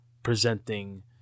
Presenting